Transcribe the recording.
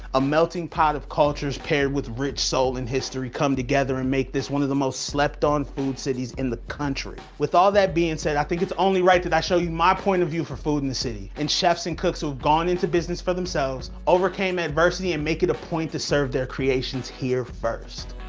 a melting pot of cultures paired with rich soul and history come together and make this one of the most slept-on food cities in the country. with all that being said, i think it's only right that i show you my point of view for food in the city, and chefs and cooks who've gone into business for themselves, overcame adversity, and make it a point to serve their creations here first.